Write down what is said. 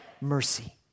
mercy